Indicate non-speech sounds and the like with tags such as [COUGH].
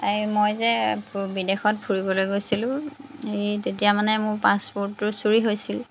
এই মই যে [UNINTELLIGIBLE] বিদেশত ফুৰিবলৈ গৈছিলোঁ এই তেতিয়া মানে মোৰ পাছপৰ্টটো চুৰি হৈছিল